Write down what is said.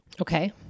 Okay